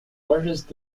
largest